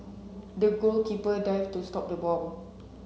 the goalkeeper dived to stop the ball